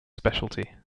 specialty